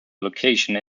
location